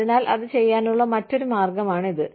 അതിനാൽ അത് ചെയ്യാനുള്ള മറ്റൊരു മാർഗമാണ് ഇത്